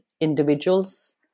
individuals